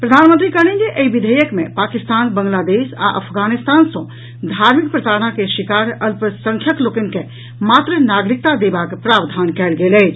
प्रधानमंत्री कहलनि जे एहि विधेयक मे पाकिस्तान बांग्लादेश आ अफगानिस्तान सॅ धार्मिक प्रताड़ना के शिकार अल्पसंख्यक लोकनि के मात्र नागरिकता देबाक प्रावधान कयल गेल अछि